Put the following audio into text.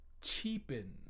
cheapen